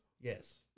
Yes